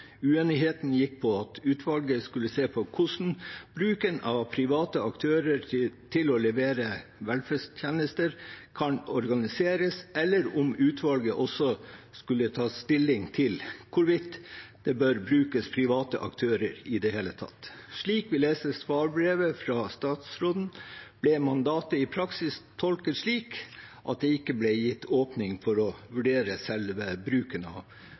Uenigheten gikk på om utvalget skulle se på hvordan bruken av private aktører til å levere velferdstjenester kan organiseres, eller om utvalget også skulle ta stilling til hvorvidt det bør brukes private aktører i det hele tatt. Slik vi leser svarbrevet fra statsråden, ble mandatet i praksis tolket slik at det ikke ble gitt åpning for å vurdere selve bruken av